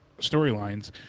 storylines